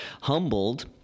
humbled